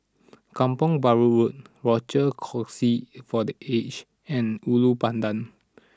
Kampong Bahru Road Rochor Kongsi for the Aged and Ulu Pandan